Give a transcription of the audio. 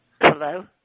Hello